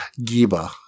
Giba